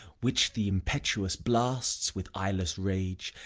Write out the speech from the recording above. which the impetuous blasts, with eyeless rage,